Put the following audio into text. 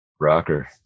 Rocker